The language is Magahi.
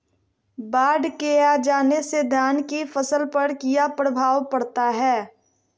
बाढ़ के आ जाने से धान की फसल पर किया प्रभाव पड़ता है?